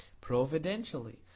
providentially